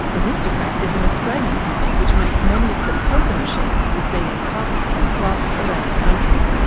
aristocrat is an australian company which makes many of the poker machines you see in pubs and clubs around the country.